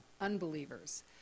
unbelievers